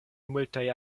multaj